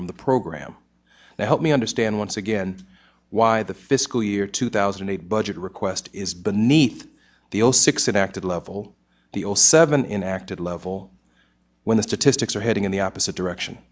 from the program and help me understand once again why the fiscal year two thousand and eight budget request is beneath the all six inactive level the all seven inactive level when the statistics are heading in the opposite direction